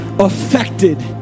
Affected